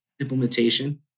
implementation